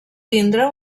tindre